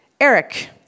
Eric